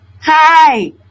Hi